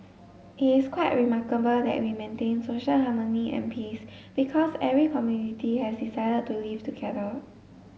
it is quite remarkable that we maintain social harmony and peace because every community has decided to live together